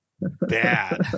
bad